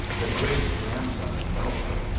the great grandson of noah,